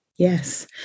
Yes